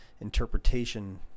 interpretation